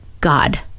God